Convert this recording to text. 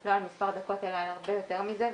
לא על מספר דקות אלא על הרבה יותר מזה.